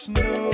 no